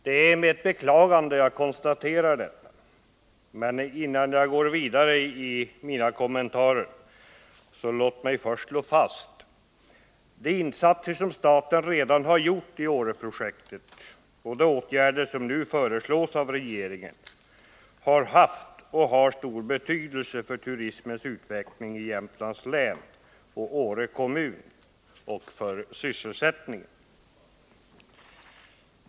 Det är med beklagande jag konstaterar detta. Men låt mig, innan jag går vidare i mina kommentarer, först slå fast att de insatser som staten redan har gjort i Åreprojektet och de åtgärder som nu föreslås av regeringen har haft och har stor betydelse för turismens utveckling i Jämtlands län och i Åre kommun samt för sysselsättningen.